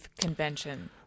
convention